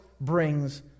brings